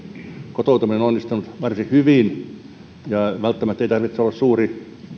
kotoutuminen on onnistunut varsin hyvin ja välttämättä ei tarvitse olla suuri